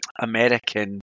American